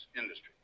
industry